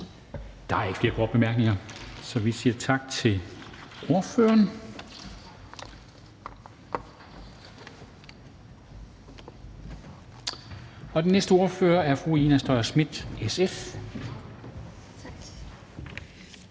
Der er ikke flere korte bemærkninger, så vi siger tak til ordføreren. Den næste ordfører er fru Ina Strøjer-Schmidt, SF. Kl.